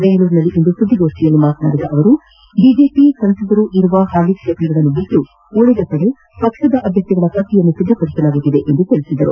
ಬೆಂಗಳೂರಿನಲ್ಲಿಂದು ಸುದ್ದಿಗೋಷ್ಠಿಯಲ್ಲಿ ಮಾತನಾಡಿದ ಅವರು ಬಿಜೆಪಿ ಸಂಸದರಿರುವ ಹಾಲಿ ಕ್ಷೇತ್ರಗಳನ್ನು ಬಿಟ್ಟು ಉಳಿದ ಕಡೆಗಳಲ್ಲಿ ಪಕ್ಷದ ಅಭ್ಯರ್ಥಿಗಳ ಪಟ್ಟಿಯನ್ನು ಸಿದ್ದಪದಿಸಲಾಗುತ್ತಿದೆ ಎಂದು ತಿಳಿಸಿದರು